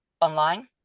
online